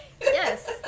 yes